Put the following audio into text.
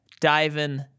diving